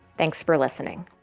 thanks for listening